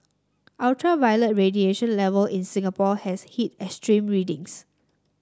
ultraviolet radiation level in Singapore has hit extreme readings